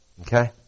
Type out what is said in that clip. Okay